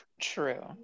True